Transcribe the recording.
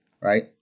right